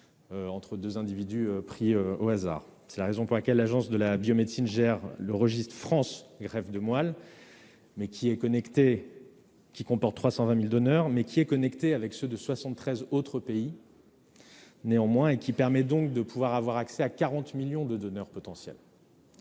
entre deux individus pris au hasard. C'est la raison pour laquelle l'Agence de la biomédecine gère le registre France greffe de moelle, qui recense 320 000 donneurs et qui est connecté à ceux de 73 autres pays. Cela permet donc d'avoir accès à 40 millions de donneurs potentiels.